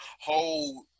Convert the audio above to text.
whole